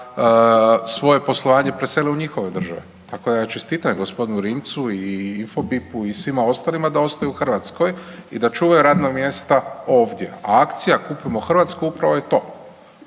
svoje poslovanje presele u njihove države. Tako da ja čestitam gospodinu Rimcu i Infobipu i svima ostalima da ostaju u Hrvatskoj i da čuvaju radna mjesta ovdje. A akcija Kupujmo hrvatsko upravo je to,